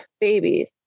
babies